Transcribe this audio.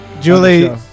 Julie